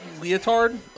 leotard